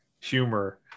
humor